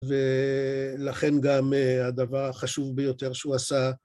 ולכן גם הדבר החשוב ביותר שהוא עשה